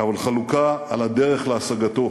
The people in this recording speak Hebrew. אבל חלוקה על הדרך להשגתו.